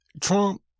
Trump